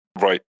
right